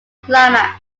climax